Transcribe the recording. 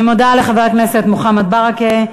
אני מודה לחבר הכנסת מוחמד ברכה.